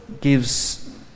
gives